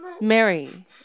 Mary